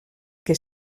que